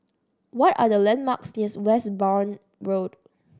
what are the landmarks near Westbourne Road